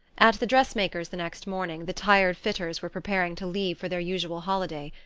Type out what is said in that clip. at the dressmaker's, the next morning, the tired fitters were preparing to leave for their usual holiday.